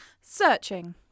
Searching